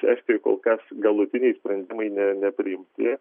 estijoj kol kas galutiniai sprendimai ne nepriimti